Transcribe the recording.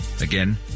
Again